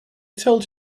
told